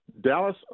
Dallas